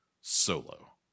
solo